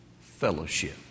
fellowship